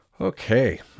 Okay